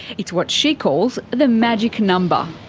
it's what she calls the magic number.